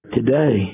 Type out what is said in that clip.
Today